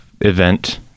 event